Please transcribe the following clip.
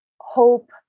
hope